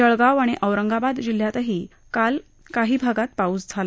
जळगाव आणि औरत्रिकाद जिल्ह्यातही काल काही भागात पाऊस झाला